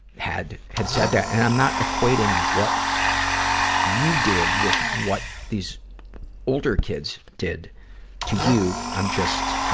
had, had said that. and i'm not equating what you did with what these older kids did to you. i'm just, um,